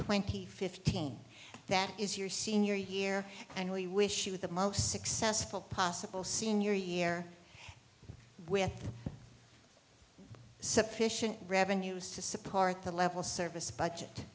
twenty fifteen that is your senior year and we wish you the most successful possible senior year with sufficient revenues to support the level service budget